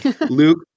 Luke